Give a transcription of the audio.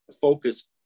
focus